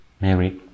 Mary